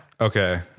Okay